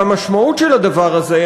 משמעות הדבר הזה,